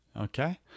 Okay